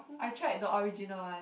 I tried the original one